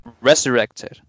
resurrected